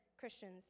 Christians